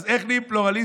אז איך נהיים פלורליסטים?